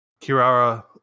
Kirara